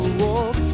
walk